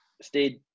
stayed